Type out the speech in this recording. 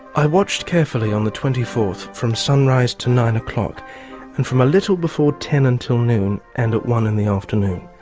i watched carefully on the twenty fourth from sunrise to nine o'clock and from a little before ten until noon and at one in the afternoon,